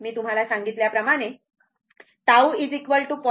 मी तुम्हाला सांगितल्याप्रमाणे सांगितले tau 0